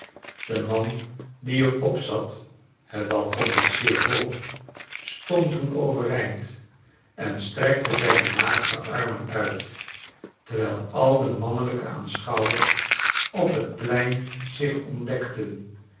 de man die er op zat het balkon was zeer hoog stondtoen overeind en strekte zijne magere armen uit terwijl al de mannelijke aanschouwers op het plein zich ontdekten